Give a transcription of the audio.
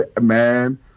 man